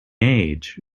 age